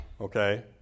okay